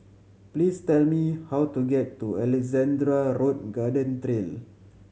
please tell me how to get to Alexandra Road Garden Trail